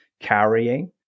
carrying